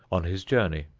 on his journey.